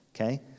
okay